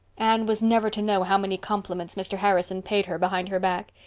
anne was never to know how many compliments mr. harrison paid her behind her back.